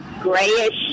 grayish